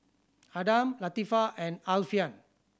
Adam Latifa and Alfian